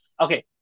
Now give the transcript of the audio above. Okay